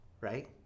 right